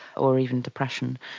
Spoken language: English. or even depression,